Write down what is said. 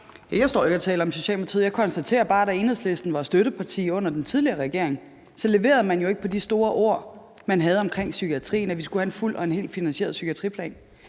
Jeg står ikke og taler om Socialdemokratiet. Jeg konstaterer bare, at Enhedslisten, da man var støtteparti under den tidligere regering, jo ikke leverede på de store ord, man havde omkring psykiatrien, nemlig at vi skulle have en fuldt og helt finansieret psykiatriplan.